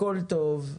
הכול טוב,